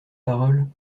paroles